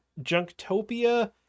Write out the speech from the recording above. Junktopia